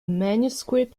manuscript